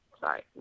sorry